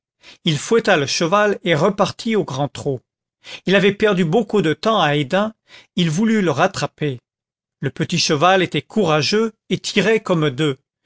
il fouetta le cheval et repartit au grand trot il avait perdu beaucoup de temps à hesdin il eût voulu le rattraper le petit cheval était courageux et tirait comme deux